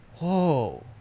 whoa